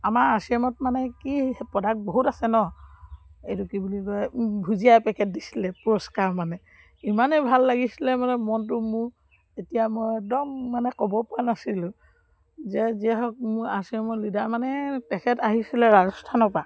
আমাৰ R C এমত মানে কি প্ৰডাক্ট বহুত আছে ন এইটো কি বুলি কয় ভুজিয়া এপেকেট দিছিলে পুৰস্কাৰ মানে ইমানেই ভাল লাগিছিলে মানে মনটো মোৰ এতিয়া মই একদম মানে ক'বপৰা নাছিলোঁ যে যিয়ে হওক মোৰ আৰ চি এমৰ লিডাৰ মানে পেকেট আহিছিলে ৰাজস্থানৰপৰা